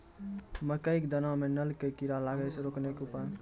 मकई के दाना मां नल का कीड़ा लागे से रोकने के उपाय?